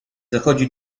zachodzi